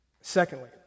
Secondly